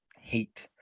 hate